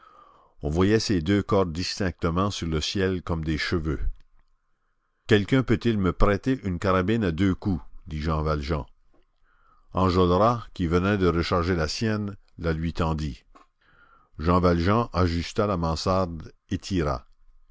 on voyait ces deux cordes distinctement sur le ciel comme des cheveux quelqu'un peut-il me prêter une carabine à deux coups dit jean valjean enjolras qui venait de recharger la sienne la lui tendit jean valjean ajusta la mansarde et tira